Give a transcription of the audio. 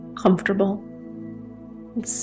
comfortable